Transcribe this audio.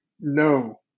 no